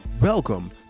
Welcome